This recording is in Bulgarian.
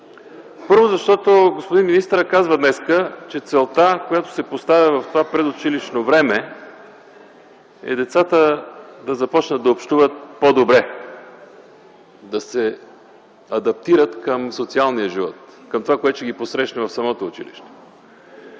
Първо, защото господин министърът днес каза, че целта, която се поставя в предучилищното време, е децата да започнат да общуват по-добре, да се адаптират към социалния живот, към това, което ще ги посрещне в самото училище.